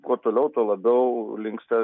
kuo toliau tuo labiau linksta